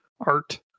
art